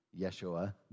Yeshua